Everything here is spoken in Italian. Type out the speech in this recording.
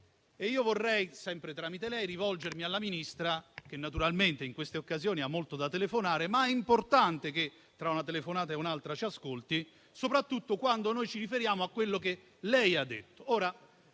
vorrei, sempre tramite lei, rivolgermi alla Ministra, che naturalmente in queste occasioni ha molto da telefonare, ma è importante che tra una telefonata e un'altra ci ascolti, soprattutto quando noi ci riferiamo a quello che lei ha detto.